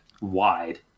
wide